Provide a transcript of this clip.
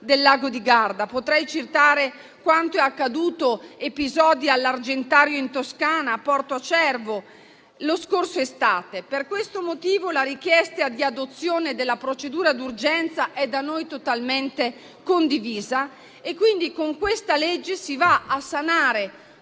del lago di Garda: potrei citare episodi accaduti all'Argentario in Toscana o a Porto Cervo la scorsa estate. Per questo motivo, la richiesta di adozione della procedura d'urgenza è da noi totalmente condivisa. Con il disegno di legge in esame si va a sanare